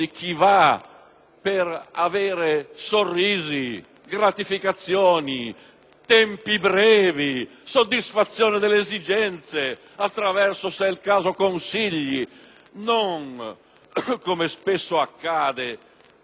chi va per avere sorrisi e gratificazioni, tempi brevi e soddisfazione delle esigenze, attraverso, se è il caso, consigli; e non, come spesso accade, per trovare